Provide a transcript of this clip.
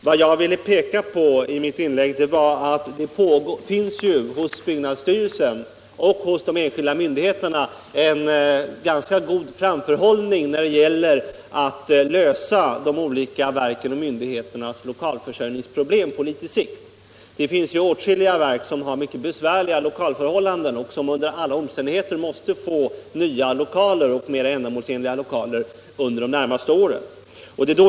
Vad jag i mitt inlägg ville peka på var att det hos byggnadsstyrelsen och hos andra myndigheter finns en ganska god framförhållning när det gäller att lösa de olika verkens och myndigheternas lokalförsörjningsproblem på litet längre sikt. Åtskilliga verk har mycket besvärliga lokalförhållanden, och dessa måste under alla förhållanden få nya och mer ändamålsenliga lokaler under de närmaste åren.